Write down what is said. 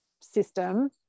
system